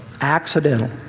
accidental